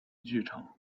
剧场